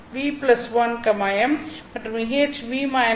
இது HEν1m மற்றும் EHν 1m